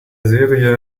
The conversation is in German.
serie